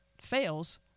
fails